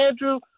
Andrew